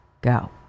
Go